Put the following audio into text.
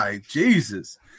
Jesus